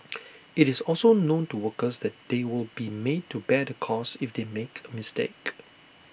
IT is also known to workers that they will be made to bear the cost if they make A mistake